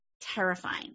terrifying